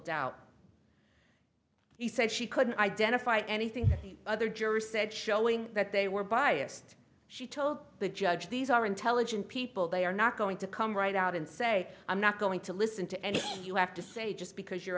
doubt he said she couldn't identify anything other juror said showing that they were biased she told the judge these are intelligent people they are not going to come right out and say i'm not going to listen to anything you have to say just because you're